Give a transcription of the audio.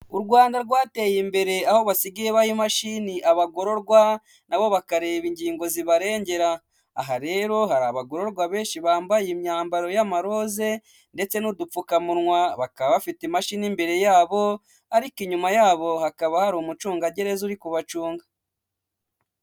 U Rwanda rwateye imbere aho basigaye baha imashini abagororwa na bo bakareba ingingo zibarengera, aha rero hari abagororwa benshi bambaye imyambaro y'amaroze ndetse n'udupfukamunwa, bakaba bafite imashini imbere yabo ariko inyuma yabo hakaba hari umucungagereza uri kubacunga.